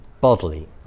bodily